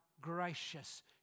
gracious